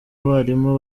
abarimu